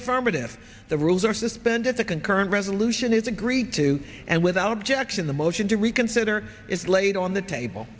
affirmative the rules are suspended the concurrent resolution is agreed to and without objection the motion to reconsider is laid on the table